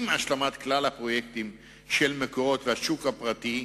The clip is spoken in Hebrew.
עם השלמת כלל הפרויקטים של "מקורות" והשוק הפרטי,